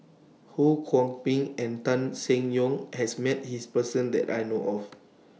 Ho Kwon Ping and Tan Seng Yong has Met His Person that I know of